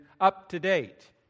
up-to-date